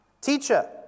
Teacher